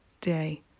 day